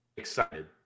Excited